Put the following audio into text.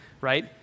right